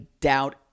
doubt